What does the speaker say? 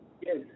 Yes